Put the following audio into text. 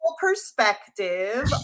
Perspective